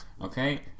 Okay